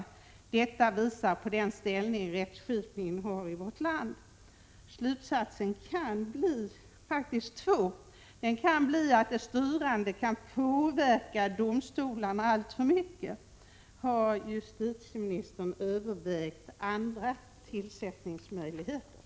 Dessa förhållanden visar på den ställning som rättskipningen intar i vårt samhälle.” Slutsatsen kan bli att de styrande kan påverka domstolarna alltför mycket. Har justitieministern övervägt andra tillsättningsmöjligheter?